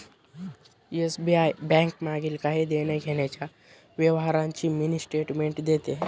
SBI bank मागील काही देण्याघेण्याच्या व्यवहारांची मिनी स्टेटमेंट देते